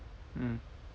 mm